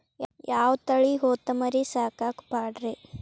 ಯಾವ ತಳಿ ಹೊತಮರಿ ಸಾಕಾಕ ಪಾಡ್ರೇ?